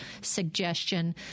suggestion